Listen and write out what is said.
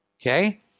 Okay